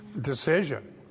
decision